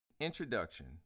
Introduction